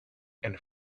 and